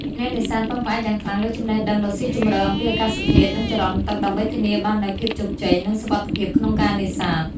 អ្នកនេសាទពឹងផ្អែកយ៉ាងខ្លាំងលើចំណេះដឹងដ៏ស៊ីជម្រៅអំពីអាកាសធាតុ និងចរន្តទឹក ដើម្បីធានាបាននូវភាពជោគជ័យ និងសុវត្ថិភាពក្នុងការនេសាទ។